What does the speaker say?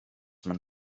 man